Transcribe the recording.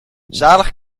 zalig